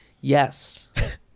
Yes